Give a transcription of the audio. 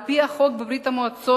על-פי החוק בברית-המועצות,